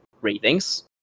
ratings